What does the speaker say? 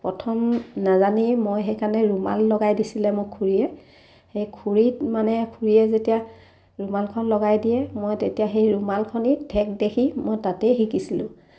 প্ৰথম নাজানেই মই সেইকাৰণে ৰুমাল লগাই দিছিলে মই খুৰীয়ে সেই খুৰীক মানে খুৰীয়ে যেতিয়া ৰুমালখন লগাই দিয়ে মই তেতিয়া সেই ৰুমালখনে ঠেক দেখি মই তাতেই শিকিছিলোঁ